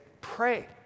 pray